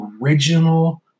original